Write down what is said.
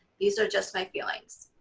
these are just my feelings.